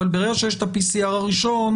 אבל ברגע שיש את ה-PCR הראשון,